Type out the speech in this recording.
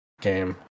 game